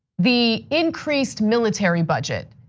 the increased military budget,